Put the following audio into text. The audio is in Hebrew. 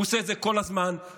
הוא עושה את זה כל הזמן בשיטתיות,